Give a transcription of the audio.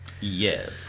Yes